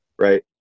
Right